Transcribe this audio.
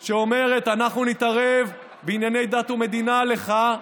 שאומרת: אנחנו נתערב בענייני דת ומדינה לך,